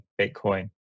Bitcoin